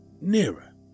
nearer